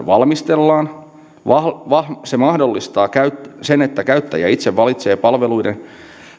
valmistellaan se mahdollistaa sen että käyttäjä itse valitsee palveluiden